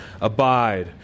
Abide